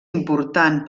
important